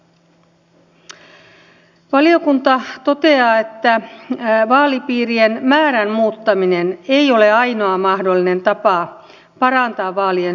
valiokunta toteaa että vaalipiirien määrän muuttaminen ei ole ainoa mahdollinen tapa parantaa vaalien suhteellisuutta